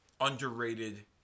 underrated